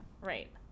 Right